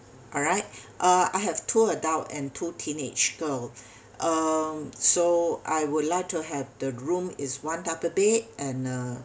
alright uh I have two adult and two teenage girl um so I would like to have the room is one double bed and uh